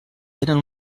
tenen